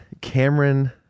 Cameron